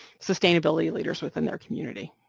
sustainability leaders within their community.